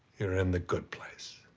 you're in the good place.